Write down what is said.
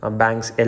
banks